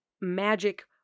magic